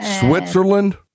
Switzerland